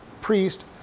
priest